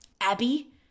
Abby